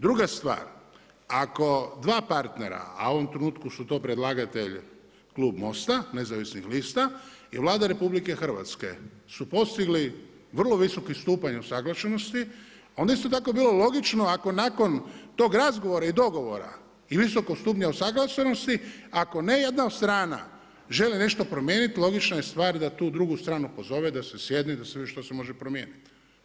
Druga stvar, ako dva partnera, a u ovom trenutku su to predlagatelji klub MOST-a nezavisnih lista i Vlada RH su postigli vrlo visoki stupanj usaglašenosti, onda je isto tako bilo logično ako nakon tog razgovora i dogovora i visokog stupnja usaglašenosti, ako ne jedna strana želi promijeniti logična je stvar da tu drugu stranu pozove, da se sjedne i da se vidi što se može promijeniti.